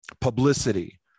publicity